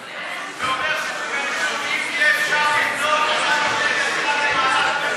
אתה אפילו לא מאמין למה שאתה אומר.